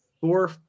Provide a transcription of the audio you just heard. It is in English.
four